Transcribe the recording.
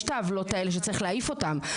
יש את העוולות האלה שצריך להעיף אותם,